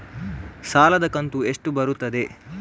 ಸಾಲದ ಕಂತು ಎಷ್ಟು ಬರುತ್ತದೆ?